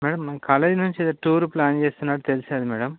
madam మన college నుంచి ఏదో టూరు ప్లాన్ చేస్తున్నట్టు తెలిసింది మేడం